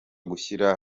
gushyira